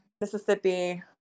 Mississippi